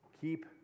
keep